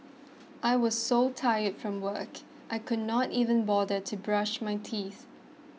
I was so tired from work I could not even bother to brush my teeth